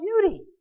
beauty